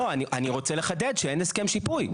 לא, אני רוצה לחדד שאין הסכם שיפוי.